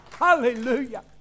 Hallelujah